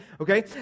Okay